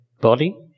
body